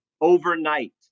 overnight